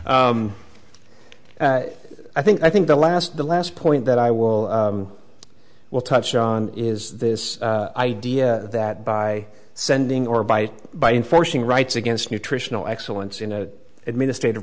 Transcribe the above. i think i think the last the last point that i will will touch on is this idea that by sending or by by enforcing rights against nutritional excellence in administrative